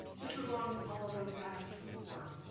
just as long as all of those add up to four.